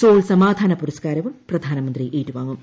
Seoul സമാധാന പുരസ്കാരവും പ്രധാനമന്ത്രി ഏറ്റുവാങ്ങും